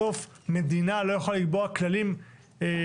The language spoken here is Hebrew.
בסוף מדינה לא יכולה לקבוע כללים אחידים